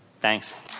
Thanks